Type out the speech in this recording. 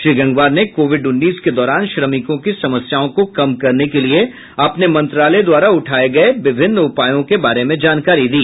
श्री गंगवार ने कोविड उन्नीस के दौरान श्रमिकों की समस्याओं को कम करने के लिए अपने मंत्रालय द्वारा उठाये गये विभिन्न उपायों के बारे में जानकारी दी